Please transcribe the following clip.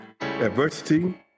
Adversity